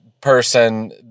person